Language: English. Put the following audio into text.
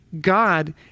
God